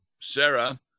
Sarah